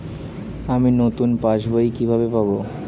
আমি নতুন পাস বই কিভাবে পাব?